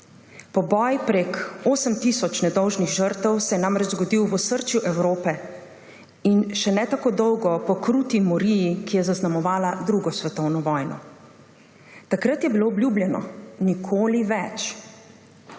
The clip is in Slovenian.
Poboj prek 8 tisoč nedolžnih žrtev se je namreč zgodil v osrčju Evrope in še ne tako dolgo po kruti moriji, ki je zaznamovala drugo svetovno vojno. Takrat je bilo obljubljeno – nikoli več.